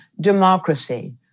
democracy